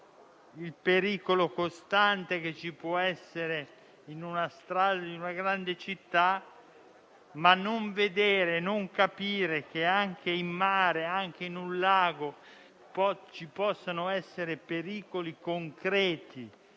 il pericolo costante che ci può essere in una strada di una grande città; ma non vedere e non capire che anche in mare e anche in un lago ci possono essere dei pericoli concreti